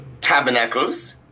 tabernacles